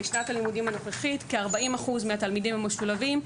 בשנת הלימודים הנוכחית כ-40% מהתלמידים המשולבים,